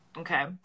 Okay